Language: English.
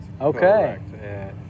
Okay